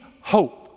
hope